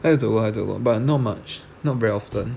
她有走过她有走过 but not much not very often